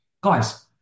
guys